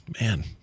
Man